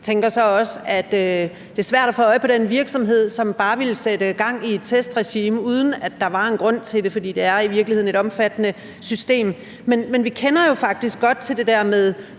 Jeg tænker så også, at det er svært at få øje på den virksomhed, som bare ville sætte gang i et testregime, uden at der var en grund til det, for det er i virkeligheden et omfattende system. Men vi kender jo faktisk godt til det der med